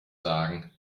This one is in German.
sagen